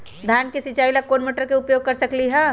धान के सिचाई ला कोंन मोटर के उपयोग कर सकली ह?